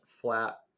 flat